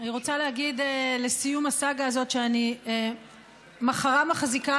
רוצה להגיד לסיום הסאגה הזאת שאני מחרה מחזיקה